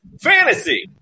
Fantasy